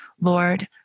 Lord